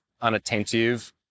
unattentive